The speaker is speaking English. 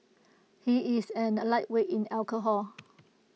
he is and A lightweight in alcohol